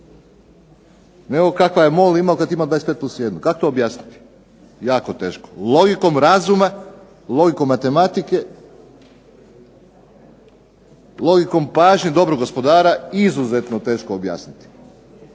nego kakav je MOL imao kad je imao 25 plus 1. Kako to objasniti? Jako teško. Logikom razuma, logikom matematike, logikom pažnje dobrog gospodara izuzetno teško objasniti.